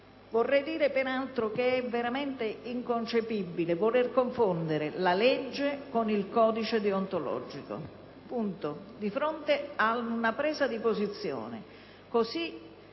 Vorrei dire peraltro che è veramente inconcepibile voler confondere la legge con il codice deontologico. Di fronte ad una presa di posizione